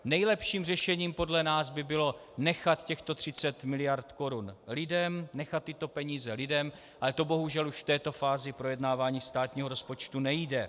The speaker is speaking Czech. Nejlepším řešením podle nás by bylo nechat těchto 30 mld. korun lidem, nechat tyto peníze lidem, ale to bohužel už v této fázi projednávání státního rozpočtu nejde.